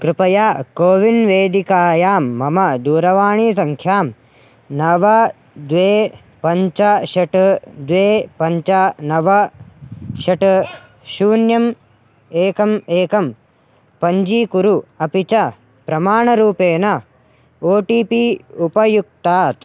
कृपया कोविन् वेदिकायां मम दूरवाणीसङ्ख्यां नव द्वे पञ्च षट् द्वे पञ्च नव षट् शून्यम् एकम् एकं पञ्जीकुरु अपि च प्रमाणरूपेण ओ टि पि उपयुङ्क्तात्